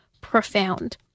profound